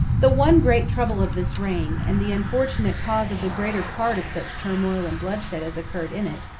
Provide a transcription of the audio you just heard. the one great trouble of this reign, and the unfortunate cause of the greater part of such turmoil and bloodshed as occurred in it,